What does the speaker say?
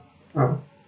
ah